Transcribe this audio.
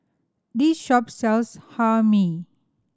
this shop sells Hae Mee